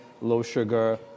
low-sugar